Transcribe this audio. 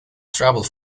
trouble